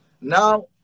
Now